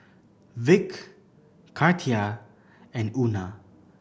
Vick Katia and Euna